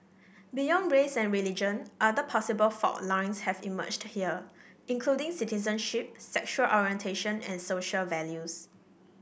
beyond race and religion other possible fault lines have emerged here including citizenship sexual orientation and social values